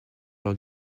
leur